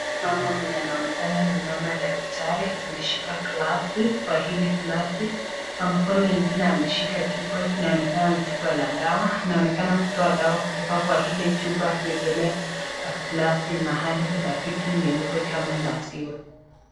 Mama mwenye anaonekana ni mama daktari ameshika gilazi kwa hili gilazi kwa mkono ingine mwingine ameshika chupa inaonekana ni chupa ya dawa, inaonekana kutoa dawa kutoka kwa hile chupa akiwekelea Kwa gilazi mahali kuna vitu nyeupe kama maziwa.